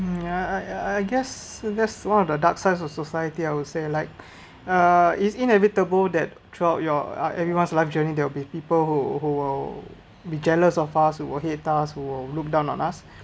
um I I I guess that’s one of the dark side of our society I would say like uh it's inevitable that throughout your uh everyone's life journey there will be people who who will be jealous of us will hate us will look down on us